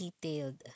detailed